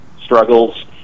struggles